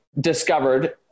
discovered